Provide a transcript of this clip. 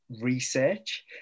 research